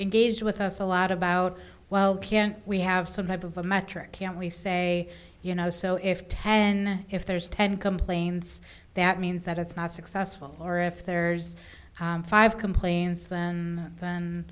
with us a lot about well we have some type of a metric can we say you know so if ten if there's ten complaints that means that it's not successful or if there's five complains then then